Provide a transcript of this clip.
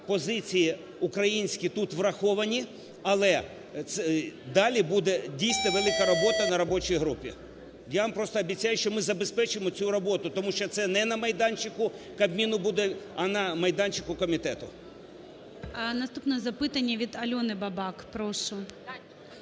позиції українські тут враховані, але далі буде, дійсно, велика робота на робочій групі. Я вам просто обіцяю, що ми забезпечимо цю роботу, тому що це не на майданчику Кабміну буде, а на майданчику комітету. ГОЛОВУЮЧИЙ. Наступне запитання від Альони Бабак. Прошу.